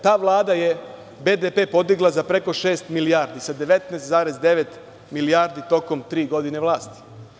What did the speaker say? Ta Vlada je BDP podigla za preko šest milijardi, sa 19,9 milijardi tokom tri godine vlasti.